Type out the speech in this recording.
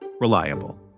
reliable